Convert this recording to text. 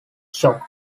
shock